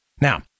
Now